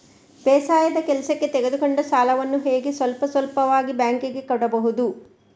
ಬೇಸಾಯದ ಕೆಲಸಕ್ಕೆ ತೆಗೆದುಕೊಂಡ ಸಾಲವನ್ನು ಹೇಗೆ ಸ್ವಲ್ಪ ಸ್ವಲ್ಪವಾಗಿ ಬ್ಯಾಂಕ್ ಗೆ ಕೊಡಬಹುದು?